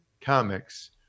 Comics